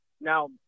Now